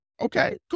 okay